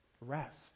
rest